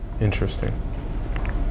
Interesting